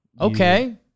Okay